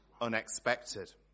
unexpected